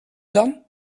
done